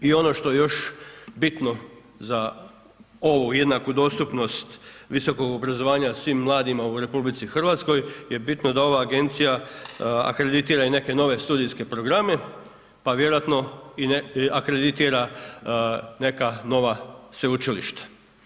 I ono što je još bitno za ovu jednaku dostupnost visokog obrazovanja svim mladima u RH je bitno da ova agencija akreditira i neke nove studijske programe, pa vjerojatno akreditira neka nova sveučilišta.